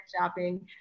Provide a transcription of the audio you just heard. shopping